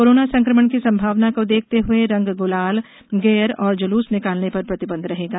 corona संकमण की संभावना को देखते हुए रंग गुलाल गैर और जुलूस निकालने पर प्रतिबंध रहेगा